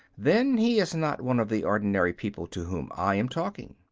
then he is not one of the ordinary people to whom i am talking.